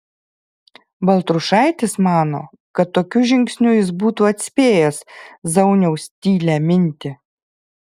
baltrušaitis mano kad tokiu žingsniu jis būtų atspėjęs zauniaus tylią mintį